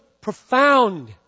profound